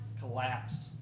collapsed